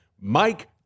Mike